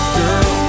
girl